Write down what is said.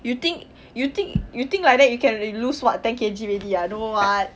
you think you think like that you can lose what ten K_G already ah no [what]